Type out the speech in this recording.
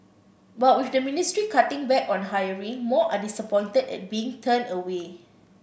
but with the ministry cutting back on hiring more are disappointed at being turned away